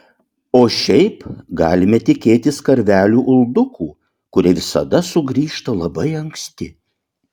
o šiaip galime tikėtis karvelių uldukų kurie visada sugrįžta labai anksti